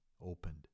opened